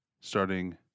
starting